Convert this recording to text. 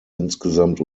insgesamt